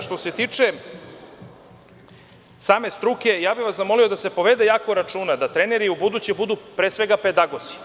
Što se tiče same struke, zamolio bih vas da se povede računa da treneri u buduće budu pre svega, pedagozi.